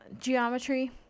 geometry